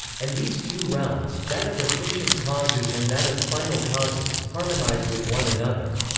and these two realms, that of efficient causes and that of final causes, harmonize with one another.